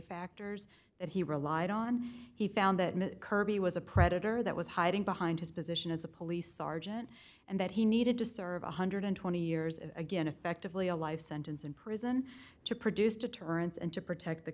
factors that he relied on he found that kirby was a predator that was hiding behind his position as a police sergeant and that he needed to serve one hundred and twenty years and again effectively a life sentence in prison to produce deterrence and to protect the